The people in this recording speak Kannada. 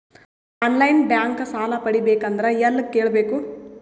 ಆನ್ ಲೈನ್ ಬ್ಯಾಂಕ್ ಸಾಲ ಪಡಿಬೇಕಂದರ ಎಲ್ಲ ಕೇಳಬೇಕು?